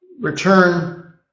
return